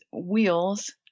wheels